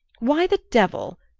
why the devil,